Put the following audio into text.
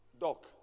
doc